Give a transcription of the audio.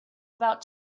about